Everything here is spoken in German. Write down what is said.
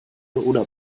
oder